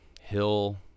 Hill